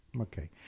okay